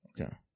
Okay